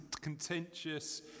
contentious